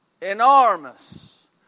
enormous